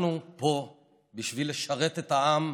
אנחנו פה בשביל לשרת את העם,